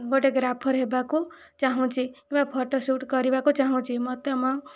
ଗୋଟିଏ ଗ୍ରାଫର ହେବାକୁ ଚାହୁଁଛି କିମ୍ବା ଫଟୋ ସୁଟ କରିବାକୁ ଚାହୁଁଛି ମୋତେ ମୋ